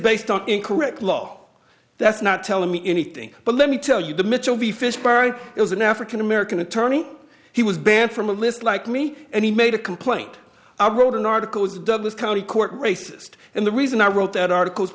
based on incorrect law that's not telling me anything but let me tell you the michel the first bird was an african american attorney he was banned from a list like me and he made a complaint i wrote an article is douglas county court racist and the reason i wrote that article